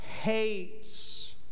hates